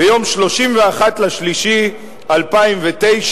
ביום 31 במרס 2009,